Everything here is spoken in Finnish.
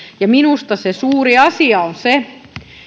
ja minusta se suuri asia on se